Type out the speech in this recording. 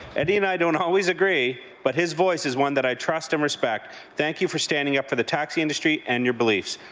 eddie and i don't always agree but his voice is one that i trust and respect. thank you for standing up for the taxi industry and our beliefs.